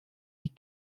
die